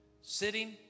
sitting